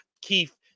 Keith